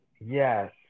Yes